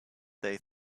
they